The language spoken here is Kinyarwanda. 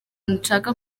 nshaka